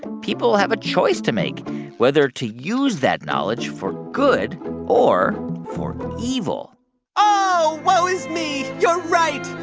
people have a choice to make whether to use that knowledge for good or for evil oh, woe is me. you're right.